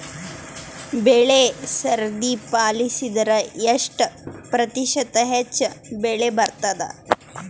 ಬೆಳಿ ಸರದಿ ಪಾಲಸಿದರ ಎಷ್ಟ ಪ್ರತಿಶತ ಹೆಚ್ಚ ಬೆಳಿ ಬರತದ?